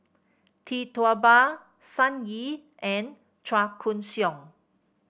Tee Tua Ba Sun Yee and Chua Koon Siong